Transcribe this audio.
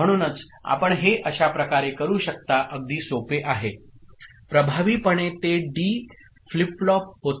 म्हणूनच आपण हे अशाप्रकारे करू शकता अगदी सोपे आहे प्रभावीपणे ते डी फ्लिप फ्लॉप होते